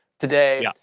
today.